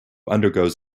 undergoes